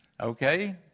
Okay